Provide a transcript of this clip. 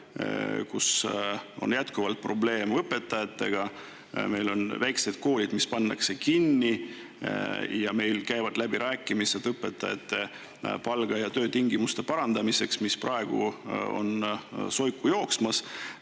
kus on jätkuvalt probleem õpetajatega. Meil on väikesed koolid, mis pannakse kinni. Ja meil käivad läbirääkimised õpetajate palga ja töötingimuste parandamiseks, mis praegu on soikumas.